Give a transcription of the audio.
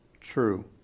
true